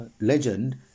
Legend